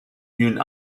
une